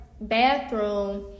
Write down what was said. bathroom